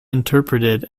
interpreted